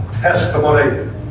Testimony